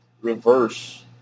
reverse